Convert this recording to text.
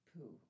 poo